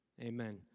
Amen